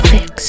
Fix